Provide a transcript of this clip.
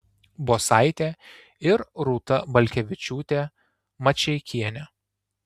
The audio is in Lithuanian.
bosaitė ir rūta balkevičiūtė mačeikienė